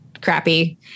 crappy